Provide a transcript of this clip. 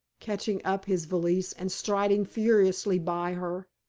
catching up his valise and striding furiously by her.